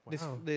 Wow